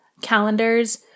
calendars